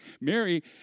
Mary